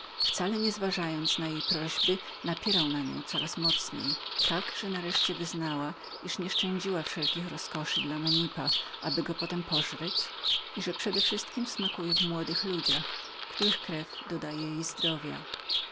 wcale nie zważając na jej prośby cisnął ją coraz bliżej tak że nareszcie wyznała kim była że nieszczędziła wszelkich roskoszy dla menipa aby go potem pożreć i że przedewszystkiem smakowała w młodych ludziach których krew dodawała jej zdrowia